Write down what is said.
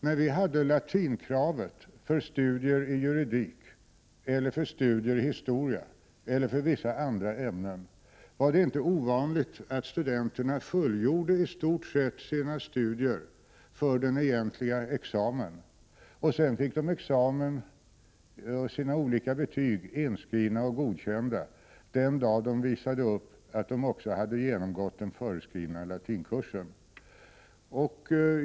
När det krävdes kunskaper i latin för de elever som studerade juridik, historia och vissa andra ämnen var det inte ovanligt att studenterna i stort sett fullgjorde sina studier för den egentliga examen. Sina olika betyg fick de inskrivna och godkända den dag de visade upp att de hade genomgått också den föreskrivna latinkursen.